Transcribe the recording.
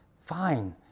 Fine